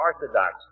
orthodox